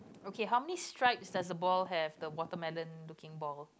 okay how many stripes does the ball have the water melon looking ball